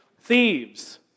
thieves